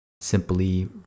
simply